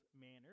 manner